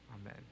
Amen